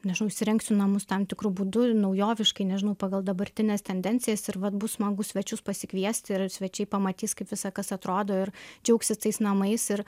nežinau įrengsiu namus tam tikru būdu naujoviškai nežinau pagal dabartines tendencijas ir vat bus smagu svečius pasikviesti ir svečiai pamatys kaip visa kas atrodo ir džiaugsis tais namais ir